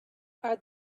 are